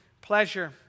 pleasure